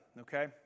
okay